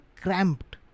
cramped